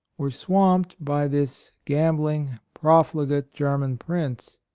were swamped by this gambling, profligate ger man prince.